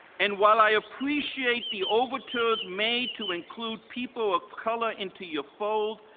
and while i appreciate the overtures made to include people of color into your fold,